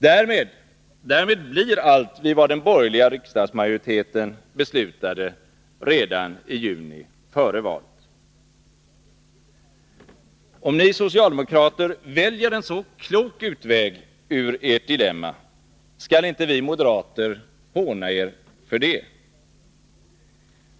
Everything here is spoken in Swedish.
Därmed blir allt vid vad den borgerliga riksdagsmajoriteten beslutade redan i juni före valet. Om ni socialdemokrater väljer en så klok utväg ur ert dilemma, skall inte vi moderater håna er för det.